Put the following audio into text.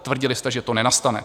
Tvrdili jste, že to nenastane.